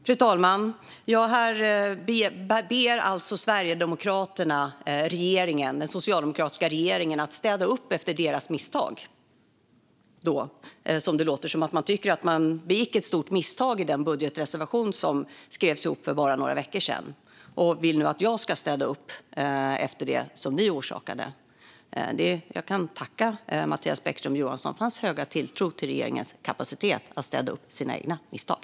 Fru talman! Här ber alltså Sverigedemokraterna den socialdemokratiska regeringen att städa upp efter deras misstag. Det låter som att man tycker att man begick ett stort misstag i den budgetreservation som skrevs för bara några veckor sedan. Nu vill ni att jag ska städa upp efter det som ni orsakade. Jag kan tacka Mattias Bäckström Johansson för hans höga tilltro till regeringens kapacitet att städa upp deras egna misstag.